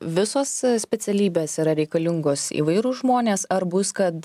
visos specialybės yra reikalingos įvairūs žmonės ar bus kad